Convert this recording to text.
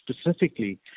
specifically